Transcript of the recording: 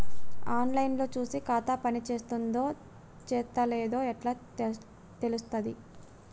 On line లో చూసి ఖాతా పనిచేత్తందో చేత్తలేదో ఎట్లా తెలుత్తది?